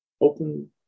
open